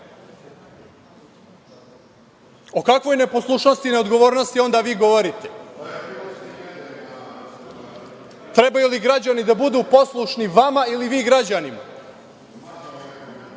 O kakvoj neposlušnosti i neodgovornosti onda vi govorite? Trebaju li građani da budu poslušni vama ili vi građanima? Vi